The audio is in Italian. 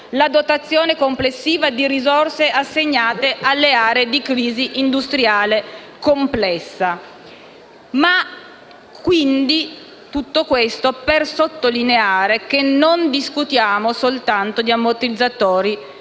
la dotazione complessiva di risorse assegnate alle aree di crisi industriale complessa. Tutto questo per sottolineare che non discutiamo soltanto di ammortizzatori sociali.